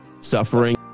suffering